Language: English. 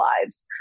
lives